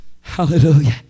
hallelujah